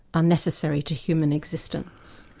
are necessary to human existence.